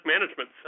management